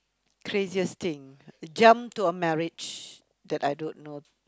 craziest thing jump to a marriage that I don't know